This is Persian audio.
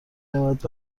رود